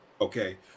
Okay